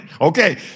Okay